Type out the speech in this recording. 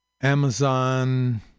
Amazon